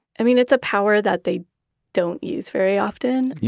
i mean, it's a power that they don't use very often.